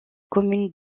communes